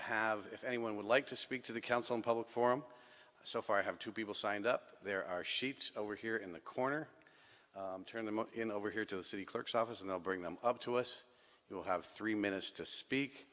have if anyone would like to speak to the council in public forum so far i have two people signed up there are sheets over here in the corner turn them in over here to the city clerk's office and i'll bring them up to us you'll have three minutes to speak